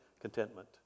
contentment